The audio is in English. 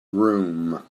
room